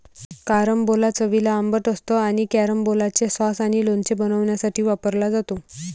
carambola चवीला आंबट असतो आणि कॅरंबोलाचे सॉस आणि लोणचे बनवण्यासाठी वापरला जातो